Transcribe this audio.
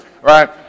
right